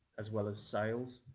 as well as sails.